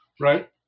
right